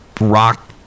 rock